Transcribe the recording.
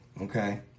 Okay